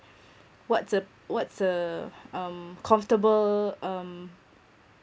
what's a what's a um comfortable um